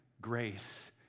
grace